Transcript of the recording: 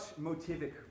motivic